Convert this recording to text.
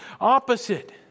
opposite